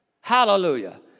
Hallelujah